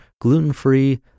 gluten-free